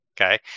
okay